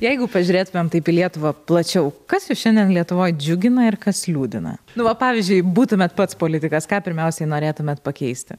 jeigu pažiūrėtumėm taip į lietuvą plačiau kas jus šiandien lietuvoj džiugina ir kas liūdina nu va pavyzdžiui būtumėt pats politikas ką pirmiausiai norėtumėt pakeisti